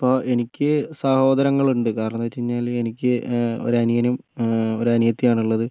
ഇപ്പോൾ എനിക്ക് സഹോദരങ്ങൾ ഉണ്ട് കാരണമെന്ന് വെച്ച് കഴിഞ്ഞാല് എനിക്ക് ഒരനിയനും ഒരനിയത്തിയുമാണ് ഉള്ളത്